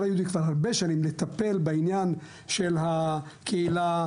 היהודי כבר הרבה שנים לטפל בעניין של הקהילה,